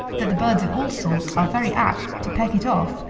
that the birds of all sorts are very apt to peck it off,